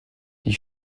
die